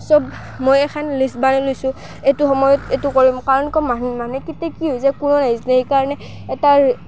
চব মই এখন লিষ্ট বানাই লৈছোঁ এইটো সময়ত এইটো কৰিম কাৰণ কিয় মান মানে কেতিয়া কি হৈ যায় কোনেও নাজানে সেইকাৰণে এটা